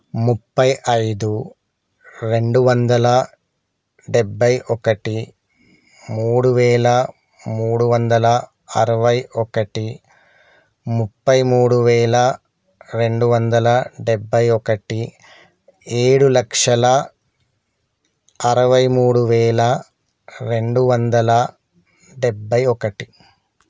ముప్పై ఐదు రెండు వందల డెబ్బై ఒకటి మూడు వేల మూడు వందల అరవై ఒకటి ముప్పై మూడు వేల రెండు వందల డెబ్బై ఒకటి ఏడు లక్షల అరవై మూడు వేల రెండు వందల డెబ్బై ఒకటి